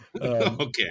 Okay